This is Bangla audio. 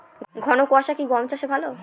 ঘন কোয়াশা কি গম চাষে ভালো?